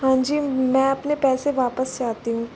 हाँ जी मैं अपने पैसे वापस चाहती हूँ